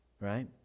right